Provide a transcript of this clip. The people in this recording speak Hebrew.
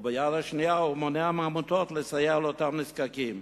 וביד השנייה הוא מונע מהעמותות לסייע לאותם נזקקים.